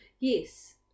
Yes